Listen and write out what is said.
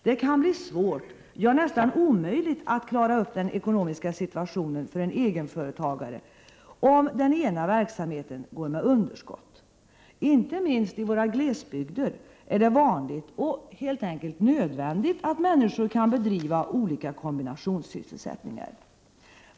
Det kan bli svårt, ja nästan omöjligt, att klara upp den ekonomiska situationen för en egenföretagare om den ena verksamheten går med underskott. Inte minst i våra glesbygder är det vanligt och helt enkelt nödvändigt att människor bedriver olika kombinationssysselsättningar.